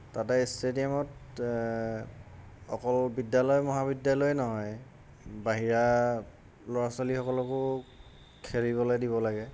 তাতে ষ্টেডিয়ামত অকল বিদ্যালয় মহাবিদ্যালয় নহয় বাহিৰা ল'ৰা ছোৱালীসকলকো খেলিবলৈ দিব লাগে